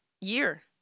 year